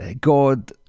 God